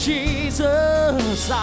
Jesus